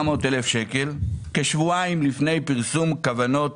אלף שקלים כשבועיים לפני פרסום כוונות